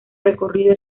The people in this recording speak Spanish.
recorrido